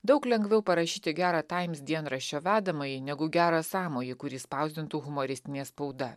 daug lengviau parašyti gerą times dienraščio vedamąjį negu gerą sąmojį kuris spausdintų humoristinė spauda